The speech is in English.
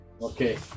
okay